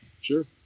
Sure